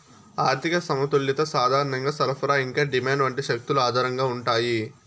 ఆర్థిక సమతుల్యత సాధారణంగా సరఫరా ఇంకా డిమాండ్ వంటి శక్తుల ఆధారంగా ఉంటాయి